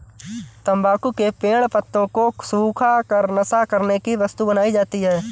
तम्बाकू के पेड़ पत्तों को सुखा कर नशा करने की वस्तु बनाई जाती है